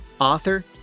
author